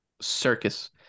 circus